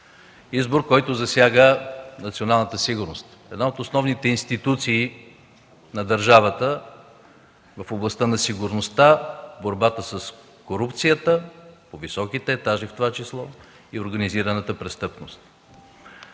избор, който засяга националната сигурност, една от основните институции на държавата в областта на сигурността, борбата с корупцията, в това число по високите етажи на властта, и организираната престъпност.